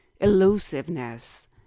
elusiveness